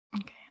Okay